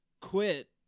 quit